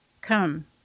come